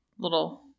Little